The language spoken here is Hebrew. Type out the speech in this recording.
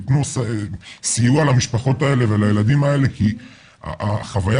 תנו סיוע למשפחות האלה ולילדים האלה כי החוויה